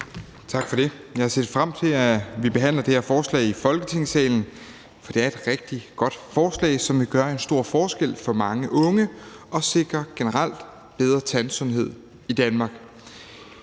Tak for det. Jeg har set frem til, at vi skulle behandle det her forslag i Folketingssalen, for det er et rigtig godt forslag, som vil gøre en stor forskel for mange unge, og som vil sikre generelt bedre tandsundhed i Danmark.